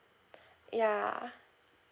ya